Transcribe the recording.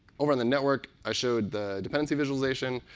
over on the network i showed the dependencies visualization,